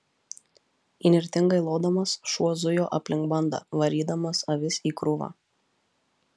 įnirtingai lodamas šuo zujo aplink bandą varydamas avis į krūvą